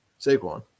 Saquon